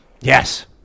Yes